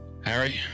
Harry